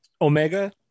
Omega